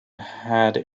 had